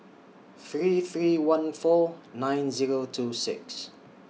three three one four nine Zero two six